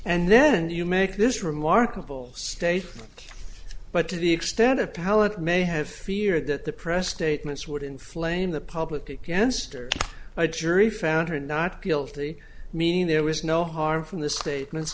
and then you make this remarkable statement but to the extent appellant may have fear that the press statements would inflame the public against or a jury found her not guilty mean there was no harm from the statements